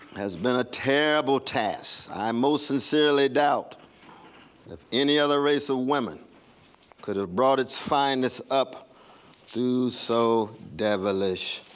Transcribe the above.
has been a terrible task. i most sincerely doubt if any other race of women could have brought its fineness up through so devilish